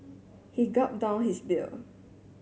he gulped down his beer